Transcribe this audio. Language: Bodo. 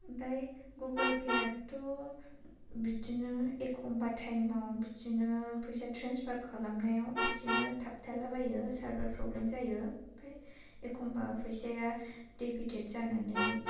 ओमफाय गुगोल पेयाथ' बिदिनो एखमब्ला टाइमाव बिदिनो फैसा ट्रेन्सफार खालामनायाव बिदिनो थाबथालाबायो सार्भार प्रब्लेम जायो ओमफाय एखमब्ला फैसाया डेबिटेड जानानै